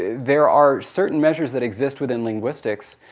there are certain measures that exist within linguistics,